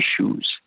issues